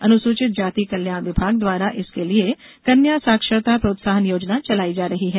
अनुसूचित जाति कल्याण विभाग द्वारा इसके लिये कन्या साक्षरता प्रोत्साहन योजना चलाई जा रही है